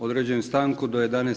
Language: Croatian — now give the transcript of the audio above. Određujem stanku do 11,